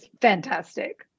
fantastic